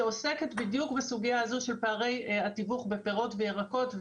שעוסקת בדיוק בסוגיה הזאת של פערי התיווך בפירות וירקות,